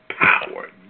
power